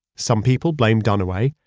some people blame dunaway.